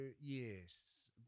Yes